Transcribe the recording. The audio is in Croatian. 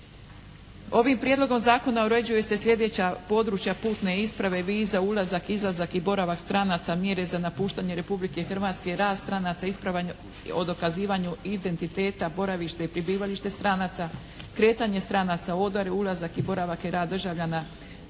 Ovim Prijedlogom zakona uređuju se sljedeća područja putne isprave, viza, ulazak, izlazak i boravak stranaca, mjere za napuštanje Republike Hrvatske, rad stranaca, isprava o dokazivanju identiteta, boravište i prebivalište stranaca, kretanje stranaca u odori, ulazak i boravak i rad država